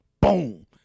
Boom